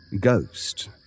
Ghost